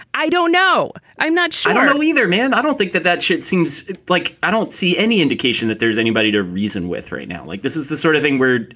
i don't know. i'm not i don't know either man i don't think that that shit seems like i don't see any indication that there's anybody to reason with right now. like this is the sort of thing where,